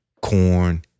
Corn